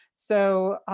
so,